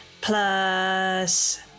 plus